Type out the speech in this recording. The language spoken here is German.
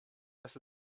das